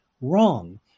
Wrong